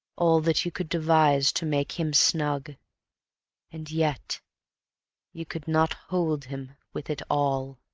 all that you could devise to make him snug and yet you could not hold him with it all.